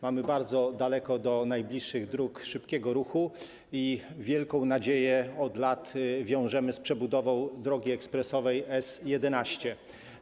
Mamy bardzo daleko do najbliższych dróg szybkiego ruchu i wielką nadzieję od lat wiążemy z przebudową drogi ekspresowej S11.